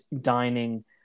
dining